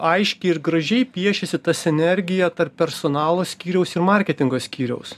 aiškiai ir gražiai piešiasi ta sinergija tarp personalo skyriaus ir marketingo skyriaus